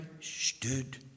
stood